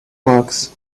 books